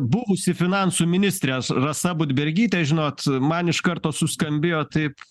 buvusi finansų ministrė rasa budbergytė žinot man iš karto suskambėjo taip